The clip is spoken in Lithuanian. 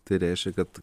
tai reiškia kad